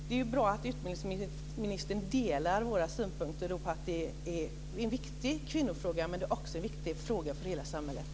Det är bra att utbildningsministern delar våra synpunkter att det är en viktig kvinnofråga, men det är också en viktig fråga för hela samhället.